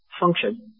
function